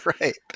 right